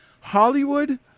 Hollywood